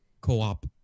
co-op